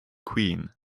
queen